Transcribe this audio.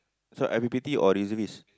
so I_P_P_T or reservist